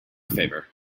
favor